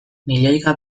milioika